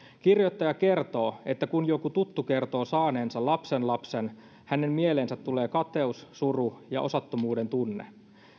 kirjoittaja kertoo että kun joku tuttu kertoo saaneensa lapsenlapsen hänen mieleensä tulee kateus suru ja osattomuuden tunne